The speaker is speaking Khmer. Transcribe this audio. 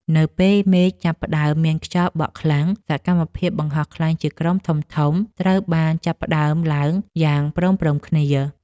នៅពេលមេឃចាប់ផ្ដើមមានខ្យល់បក់ខ្លាំង សកម្មភាពបង្ហោះខ្លែងជាក្រុមធំៗត្រូវបានចាប់ផ្ដើមឡើងយ៉ាងព្រមៗគ្នា។